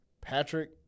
Patrick